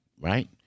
right